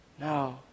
No